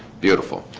beautiful?